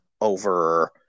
over